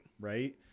Right